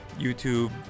YouTube